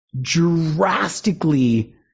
drastically